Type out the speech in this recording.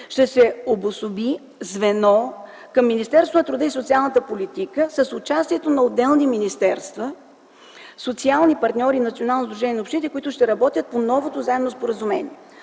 Ще се обособи звено към Министерството на труда и социалната политика с участието на отделни министерства, социални партньори и Националното сдружение на общините, които ще работят по новото заемно споразумение.